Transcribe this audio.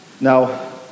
Now